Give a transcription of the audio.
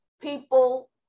people